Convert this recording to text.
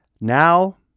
Now